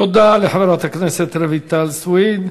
תודה לחברת הכנסת רויטל סויד.